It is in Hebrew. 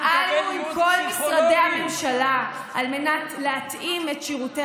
פעלנו עם כל משרדי הממשלה להתאים את שירותי